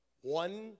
One